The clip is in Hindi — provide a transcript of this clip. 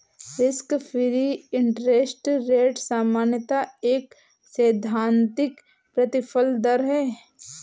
रिस्क फ्री इंटरेस्ट रेट सामान्यतः एक सैद्धांतिक प्रतिफल दर है